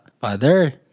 father